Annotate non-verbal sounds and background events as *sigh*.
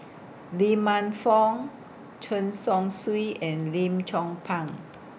*noise* Lee Man Fong Chen Chong Swee and Lim Chong Pang